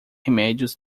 remédios